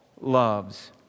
loves